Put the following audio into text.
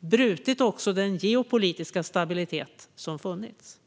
också brutit den geopolitiska stabilitet som har funnits?